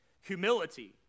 humility